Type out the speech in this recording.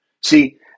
See